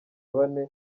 bane